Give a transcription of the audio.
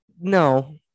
no